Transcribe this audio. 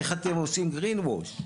איך אתם עושים גרינווש,